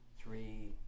three